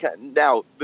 now